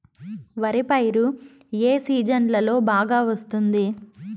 వరి పైరు ఏ సీజన్లలో బాగా వస్తుంది